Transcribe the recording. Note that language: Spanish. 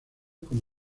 como